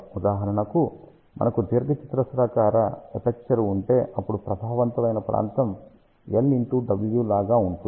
ఉదాహరణకు మనకు దీర్ఘచతురస్రాకార ఎపర్చరు ఉంటే అప్పుడు ప్రభావవంతమైన ప్రాంతం L W లాగా ఉంటుంది